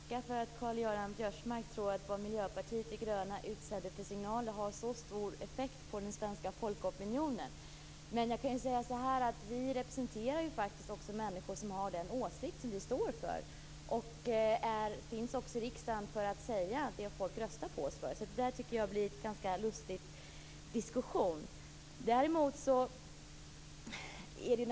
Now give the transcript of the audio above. Fru talman! Jag får tacka för att Karl-Göran Biörsmark tror att det har så stor effekt på den svenska folkopinionen vilka signaler som Miljöpartiet de gröna sänder ut. Men jag kan säga så här: Vi representerar ju faktiskt också människor som har den åsikt som vi står för och finns i riksdagen för att säga det folk röstar på oss för. Det här tycker jag därför blir en ganska lustig diskussion.